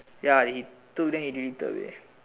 ya he took then he deleted away